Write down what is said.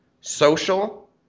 social